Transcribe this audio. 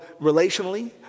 relationally